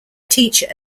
teacher